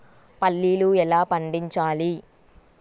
పల్లీలు ఎలా పండించాలి?